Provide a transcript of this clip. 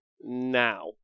now